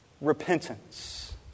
repentance